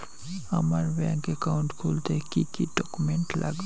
আমার bank account খুলতে কি কি ডকুমেন্ট লাগবে?